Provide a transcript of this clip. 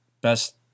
best